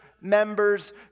members